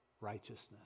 righteousness